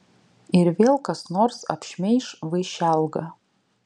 ir vėl kas nors apšmeiš vaišelgą